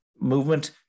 movement